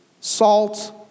salt